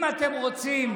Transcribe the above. אם אתם רוצים